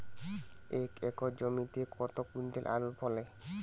এক একর জমিতে কত কুইন্টাল আলু ফলে?